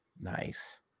Nice